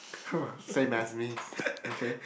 oh same as me okay